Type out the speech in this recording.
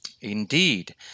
Indeed